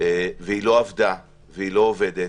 והיא לא עבדה והיא לא עובדת.